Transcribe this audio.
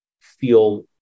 feel